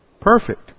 perfect